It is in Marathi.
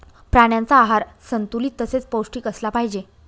प्राण्यांचा आहार संतुलित तसेच पौष्टिक असला पाहिजे